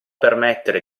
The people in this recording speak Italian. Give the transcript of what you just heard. permettere